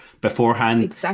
beforehand